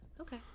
Okay